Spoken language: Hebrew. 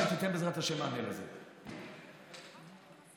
המפלגה שתיתן מענה לזה, בעזרת השם.